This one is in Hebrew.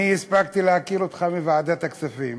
אני הספקתי להכיר אותך בוועדת הכספים